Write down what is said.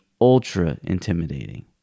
ultra-intimidating